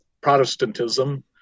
Protestantism